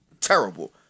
Terrible